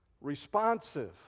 responsive